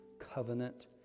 covenant